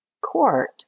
court